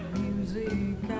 music